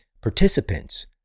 participants